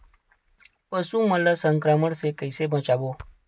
पशु मन ला संक्रमण से कइसे बचाबो?